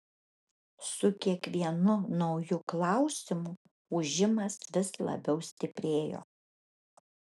su kiekvienu nauju klausimu ūžimas vis labiau stiprėjo